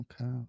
Okay